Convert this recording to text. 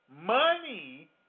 Money